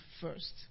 first